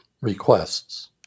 requests